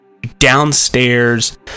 downstairs